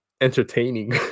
entertaining